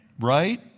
Right